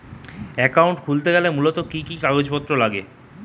Account খুলতে গেলে মূলত কি কি কাগজপত্র লাগে?